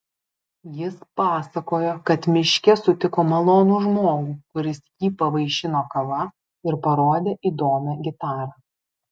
jis pasakojo kad miške sutiko malonų žmogų kuris jį pavaišino kava ir parodė įdomią gitarą